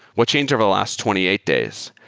what changed over the last twenty eight days,